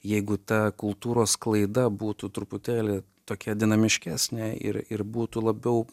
jeigu ta kultūros sklaida būtų truputėlį tokia dinamiškesnė ir ir būtų labiau